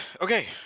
Okay